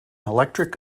electric